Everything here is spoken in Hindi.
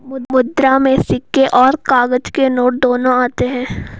मुद्रा में सिक्के और काग़ज़ के नोट दोनों आते हैं